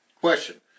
Question